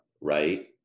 right